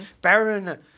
Baron